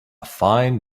fine